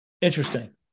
Interesting